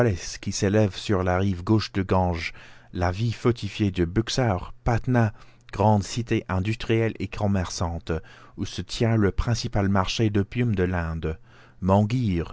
qui s'élève sur la rive gauche du gange la ville fortifiée de buxar patna grande cité industrielle et commerçante où se tient le principal marché d'opium de l'inde monghir